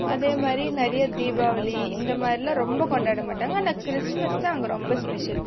அதேமாதிரி நிறைய தீபாவளி இந்தமாதிரிலாம் ரொம்ப கொண்டாட மாட்டாங்க ஆனால் கிறிஸ்மஸ் தான் அங்கே ரொம்ப ஸ்பெஷல்